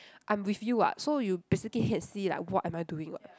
I'm with you [what] so you basically can see like what am I doing [what]